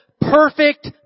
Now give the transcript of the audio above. perfect